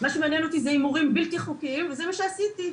מה שמעניין אותי זה הימורים בלתי חוקיים וזה מה שעשיתי,